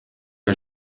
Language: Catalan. que